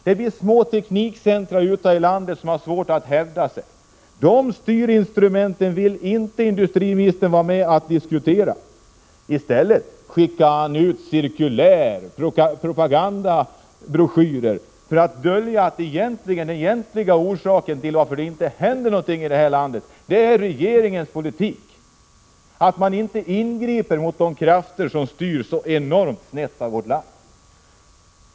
Det finns små teknikcentra ute i landet som har svårt att hävda sig. Industriministern vill inte diskutera dessa styrinstrument. I stället skickar — Prot. 1986/87:128 han ut cirkulär och propagandabroschyrer, för att dölja att den egentliga 21 maj 1987 orsaken till att det inte händer någonting i detta land är regeringens politik, när regeringen inte ingriper mot de krafter som styr så enormt snett i detta land.